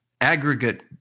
aggregate